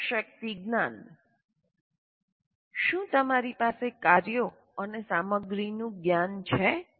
સમજશક્તિ જ્ઞાન શું તમારી પાસે કાર્યો અને સામગ્રીનું જ્ઞાન છે